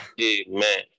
amen